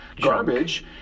garbage